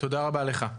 תודה רבה לך.